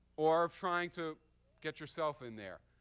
or of trying to get yourself in there.